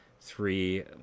three